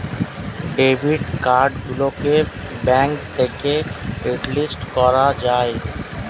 debit card গুলোকে bank থেকে hotlist করা যায়